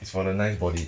it's for the nice body